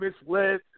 misled